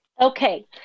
Okay